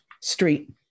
street